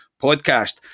podcast